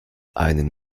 einen